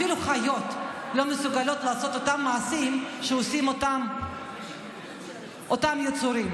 אפילו חיות לא מסוגלות לעשות את אותם מעשים שעושים אותם יצורים.